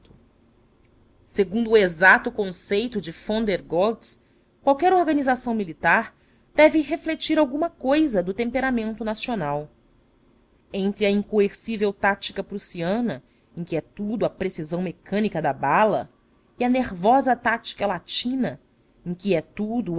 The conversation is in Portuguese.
o exato conceito de von der goltz qualquer organização militar deve refletir alguma cousa do temperamento nacional entre a incoercível tática prussiana em que é tudo a precisão mecânica da bala e a nervosa tática latina em que é tudo